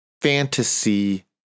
fantasy